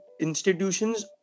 Institutions